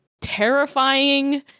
terrifying